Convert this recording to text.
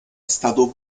stato